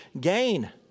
gain